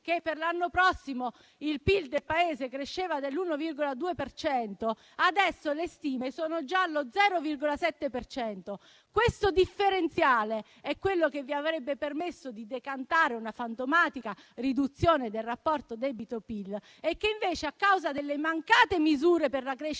che per l'anno prossimo il PIL del Paese sarebbe cresciuto dell'1,2 per cento, ma adesso le stime sono già allo 0,7 per cento. Questo differenziale è quello che vi avrebbe permesso di decantare una fantomatica riduzione del rapporto debito-PIL e che invece, a causa delle mancate misure per la crescita